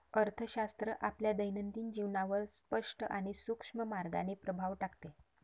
अर्थशास्त्र आपल्या दैनंदिन जीवनावर स्पष्ट आणि सूक्ष्म मार्गाने प्रभाव टाकते